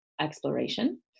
exploration